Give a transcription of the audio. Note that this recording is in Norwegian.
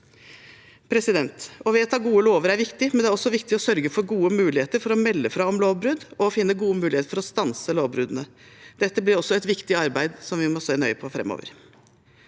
Å vedta gode lover er viktig, men det er også viktig å sørge for gode muligheter for å melde fra om lovbrudd og finne gode muligheter til å stanse lovbruddene. Dette blir også et viktig arbeid som vi må se nøye på framover.